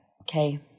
Okay